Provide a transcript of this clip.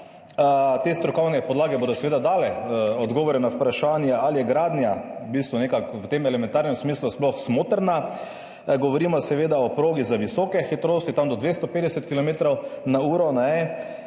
Te strokovne podlage bodo seveda dale odgovore na vprašanje, ali je gradnja v tem elementarnem smislu sploh smotrna. Govorimo seveda o progi za visoke hitrosti, do 250 kilometrov na